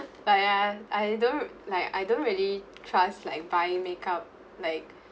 but ya I don't like I don't really trust like buying makeup like